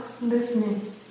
listening